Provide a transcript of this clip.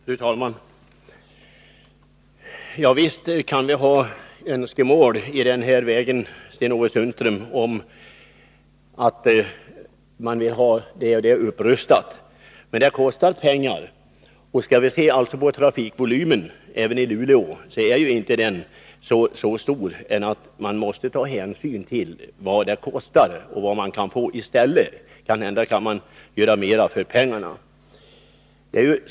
Fru talman! Visst kan vi ha önskemål, Sten-Ove Sundström, om att det och det skall bli upprustat. Men det kostar pengar. Trafikvolymen i Luleå är ju inte så stor att man kan låta bli att ta hänsyn till vad det kostar och vad man kan få i stället. Man kan kanske göra mer för pengarna.